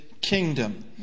kingdom